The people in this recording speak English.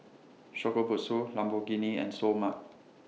Shokubutsu Lamborghini and Seoul Mart